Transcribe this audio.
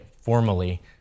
formally